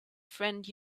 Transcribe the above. friend